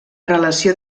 relació